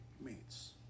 meets